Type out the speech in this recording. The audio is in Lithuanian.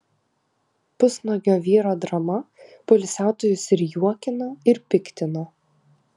pusnuogio vyro drama poilsiautojus ir juokino ir piktino